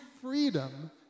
freedom